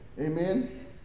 Amen